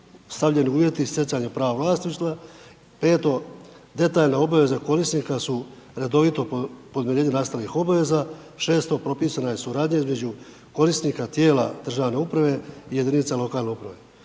stavljeni uvjeti i stjecanje prava vlasništva, peto, detaljno obaveza korisnika su redovito podmirenje nastavnih obaveza, šesto, propisana je suradnja između korisnika tijela državne uprave i jedinice lokalne samouprave.